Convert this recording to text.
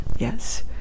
Yes